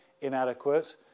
inadequate